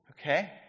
Okay